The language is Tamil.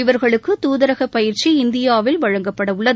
இவர்களுக்கு தூதரக பயிற்சி இந்தியாவில் வழங்கப்பட உள்ளது